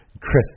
Chris